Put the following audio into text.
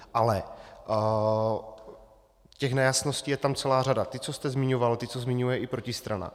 Ale těch nejasností je tam celá řada: ty, co jste zmiňoval, ty, co zmiňuje i protistrana.